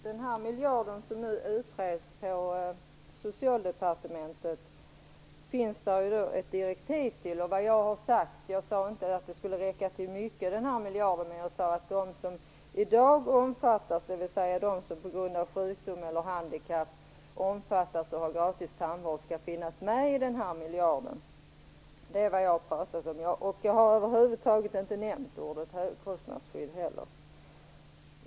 Herr talman! Det finns ett direktiv till den miljard som nu utreds på Socialdepartementet. Jag sade inte att den skulle räcka till mycket, men jag sade att de som i dag har gratis tandvård på grund av sjukdom eller handikapp skall finnas med i den här miljarden. Det är vad jag har pratat om. Jag har över huvud taget inte nämnt ordet högkostnadsskydd heller.